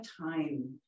time